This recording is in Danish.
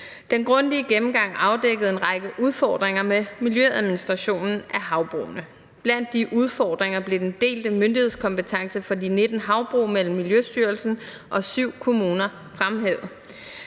Den grundige gennemgang afdækkede en række udfordringer med miljøadministrationen af havbrugene. Blandt de udfordringer blev den delte myndighedskompetence for de 19 havbrug mellem Miljøstyrelsen og 7 kommuner fremhævet.